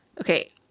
Okay